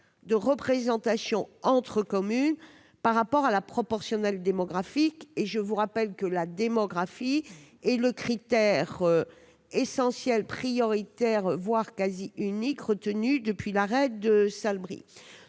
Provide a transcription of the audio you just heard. de représentation entre communes par rapport à la proportionnelle démographique. Or je vous rappelle, mes chers collègues, que la démographie est le critère essentiel, prioritaire, voire quasi unique, retenu depuis l'arrêt.